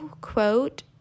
quote